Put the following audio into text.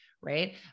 right